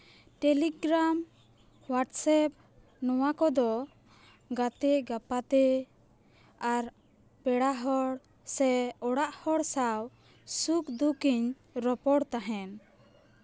Telegram WhatsApp ᱱᱚᱣᱟ ᱠᱚᱫᱚ ᱜᱟᱛᱮ ᱜᱟᱯᱟᱛᱮ ᱟᱨ ᱯᱮᱲᱟ ᱦᱚᱲ ᱥᱮ ᱚᱲᱟᱜ ᱦᱚᱲ ᱥᱟᱶ ᱥᱩᱠᱷ ᱫᱩᱠᱷᱤᱧ ᱨᱚᱯᱚᱲ ᱛᱟᱦᱮᱱ